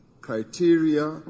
criteria